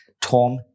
Tom